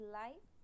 life